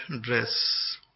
dress